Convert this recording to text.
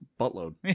buttload